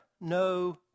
no